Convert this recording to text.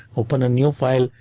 open a new file,